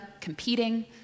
competing